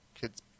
kids